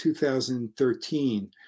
2013